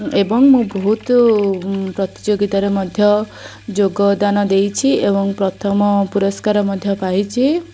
ଏବଂ ମୁଁ ବହୁତ ପ୍ରତିଯୋଗିତାରେ ମଧ୍ୟ ଯୋଗଦାନ ଦେଇଛି ଏବଂ ପ୍ରଥମ ପୁରସ୍କାର ମଧ୍ୟ ପାଇଛି